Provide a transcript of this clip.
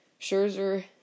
Scherzer